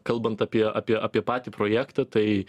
kalbant apie apie apie patį projektą tai